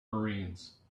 marines